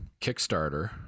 Kickstarter